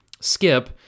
Skip